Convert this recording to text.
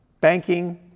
banking